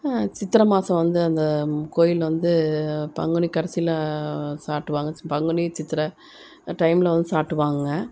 சித்திரை மாதம் வந்து அந்த கோயிலில் வந்து பங்குனி கடைசியில் சாட்டுவாங்க பங்குனி சித்திரை டைமில் வந்து சாட்டுவாங்கங்க